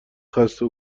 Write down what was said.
خسته